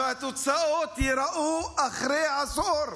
שהתוצאות ייראו אחרי עשור.